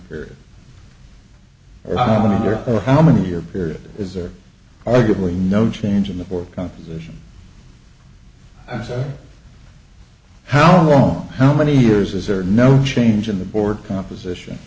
period or i wonder how many year period is there arguably no change in the work composition i said how long how many years is there no change in the board composition